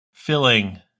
filling